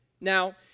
Now